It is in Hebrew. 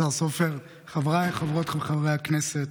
השר סופר, חבריי חברות וחברי הכנסת,